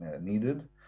needed